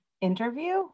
interview